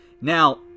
Now